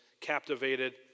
captivated